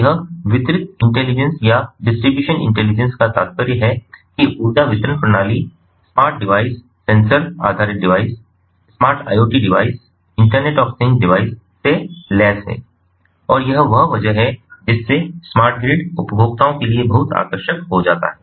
तो यह वितरित इंटेलिजेंस या डिस्ट्रीब्यूशन इंटेलिजेंस का तात्पर्य है कि ऊर्जा वितरण प्रणाली स्मार्ट डिवाइस सेंसर आधारित device smart IoT device internet of things device से लैस है और यह वह वजह है जिससे स्मार्ट ग्रिड उपभोक्ताओं के लिए बहुत आकर्षक हो जाता है